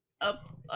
Up